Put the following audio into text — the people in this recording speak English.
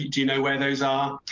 do you know where those are?